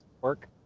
Work